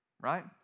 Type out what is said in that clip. right